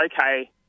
okay